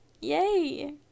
Yay